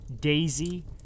Daisy